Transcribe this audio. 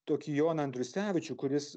tokį joną andriusevičių kuris